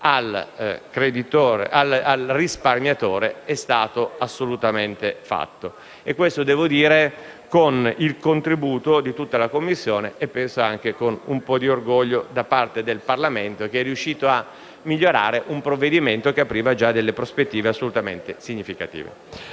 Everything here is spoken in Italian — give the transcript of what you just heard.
al risparmiatore è stato fatto nella maniera più assoluta. Questo è stato possibile grazie al contributo di tutta la Commissione e penso anche con un po' di orgoglio da parte del Parlamento, che è riuscito a migliorare un provvedimento che apriva già prospettive assolutamente significative.